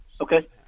Okay